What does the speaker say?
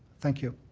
thank you.